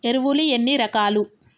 ఎరువులు ఎన్ని రకాలు?